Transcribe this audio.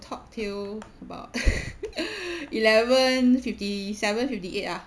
talk till about eleven fifty seven fifty eight ah